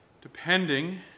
Depending